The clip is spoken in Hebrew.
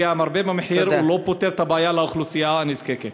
כי "המרבה במחיר" לא פותר את הבעיה לאוכלוסייה הנזקקת.